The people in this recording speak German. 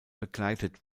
begleitet